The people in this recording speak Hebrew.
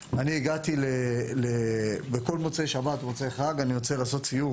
בכל מוצאי שבת ומוצאי חג אני יוצא לעשות סיור